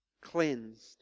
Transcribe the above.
Cleansed